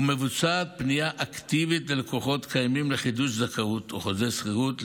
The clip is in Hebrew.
מבוצעת פנייה אקטיבית ללקוחות קיימים לחידוש זכאות או חוזה שכירות,